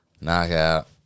Knockout